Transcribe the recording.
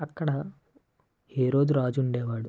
అక్కడ ఏరోజు రాజు ఉండేవాడు